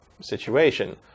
situation